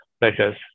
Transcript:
pleasures